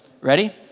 Ready